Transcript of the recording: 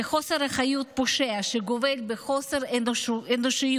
זה חוסר אחריות פושע שגובל בחוסר אנושיות,